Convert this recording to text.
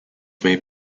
may